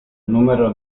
número